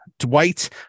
Dwight